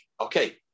Okay